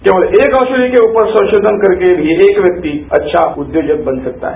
केवल एक औषधि के ऊपर संराधन करके भी एक व्यक्ति अच्छा उद्योजक बन सकता है